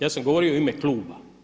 Ja sam govorio u ime Kluba.